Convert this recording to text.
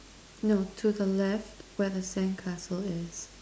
no to the left where the sandcastle is